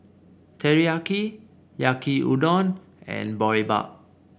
Teriyaki Yaki Udon and Boribap